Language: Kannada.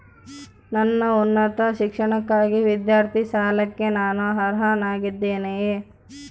ನನ್ನ ಉನ್ನತ ಶಿಕ್ಷಣಕ್ಕಾಗಿ ವಿದ್ಯಾರ್ಥಿ ಸಾಲಕ್ಕೆ ನಾನು ಅರ್ಹನಾಗಿದ್ದೇನೆಯೇ?